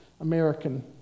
American